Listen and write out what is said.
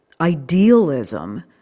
idealism